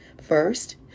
First